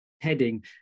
heading